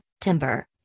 timber